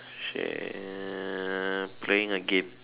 she uh playing a game